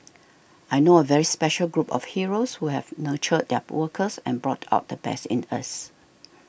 I know a very special group of heroes who have nurtured their workers and brought out the best in us